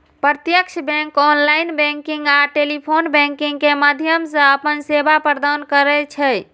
प्रत्यक्ष bank online banking आ telephone banking के माध्यम सं अपन सेवा प्रदान करै छै